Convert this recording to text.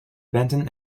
benton